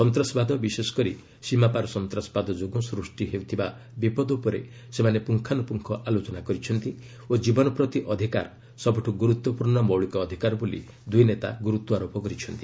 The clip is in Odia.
ସନ୍ତାସବାଦ ବିଶେଷ କରି ସୀମାପାର୍ ସନ୍ତାସବାଦ ଯୋଗୁଁ ସୃଷ୍ଟି ହୋଇଥିବା ବିପଦ ଉପରେ ସେମାନେ ପୁଙ୍ଗାନୁପୁଙ୍ଗ ଆଲୋଚନା କରିଛନ୍ତି ଓ ଜୀବନପ୍ରତି ଅଧିକାର ସବୁଠୁ ଗୁରୁତ୍ୱପୂର୍ଣ୍ଣ ମୌଳିକ ଅଧିକାର ବୋଲି ଦୁଇ ନେତା ଗୁରୁତ୍ୱପାରୋପ କରିଛନ୍ତି